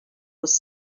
was